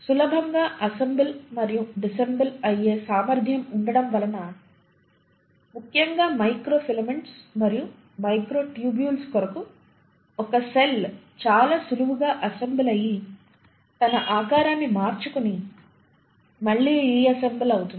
సులభంగా అసెంబుల్ మరియు డిసెంబెల్ అయ్యే సామర్ధ్యం ఉండడం వలన ముఖ్యంగా మైక్రో ఫిలమెంట్స్ మరియు మైక్రోట్యూబ్యూల్స్ కొరకు ఒక సెల్ చాలా సులువుగా అసెంబుల్ అయ్యి తన ఆకారాన్ని మార్చుకుని మళ్ళీ రీఅసెంబుల్ అవుతుంది